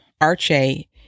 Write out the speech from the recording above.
arche